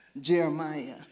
Jeremiah